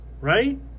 right